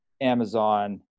Amazon